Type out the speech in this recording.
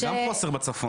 יש גם חוסר בצפון.